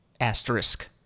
Asterisk